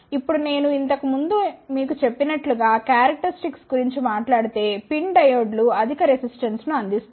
ఇప్పుడు నేను ఇంతకు ముందే మీకు చెప్పినట్లు గా క్యారక్టరిస్టిక్స్ గురించి మాట్లాడితే PIN డయోడ్లు అధిక రెసిస్టెన్స్ ను అందిస్తాయి